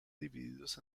divididos